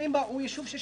אז